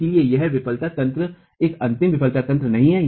इसलिए यह विफलता तंत्र एक अंतिम विफलता तंत्र नहीं है